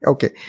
Okay